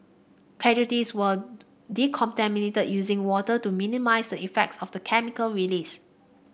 casualties were decontaminated using water to minimise the effects of the chemical release